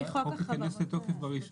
זה ייכנס לתוקף ב-1